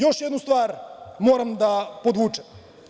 Još jednu stvar moram da podvučem.